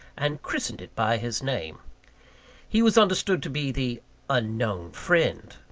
and christened it by his name he was understood to be the unknown friend,